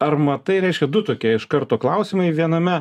ar matai reiškia du tokie iš karto klausimai viename